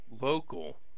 local